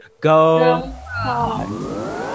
go